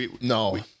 no